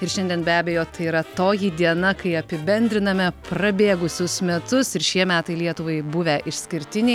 ir šiandien be abejo tai yra toji diena kai apibendriname prabėgusius metus ir šie metai lietuvai buvę išskirtiniai